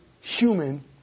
human